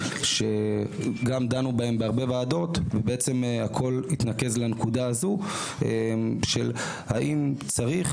שכבר דנו בהם בהרבה ועדות ובעצם הכול התנקז לנקודה הזו של האם צריך